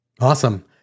Awesome